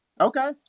Okay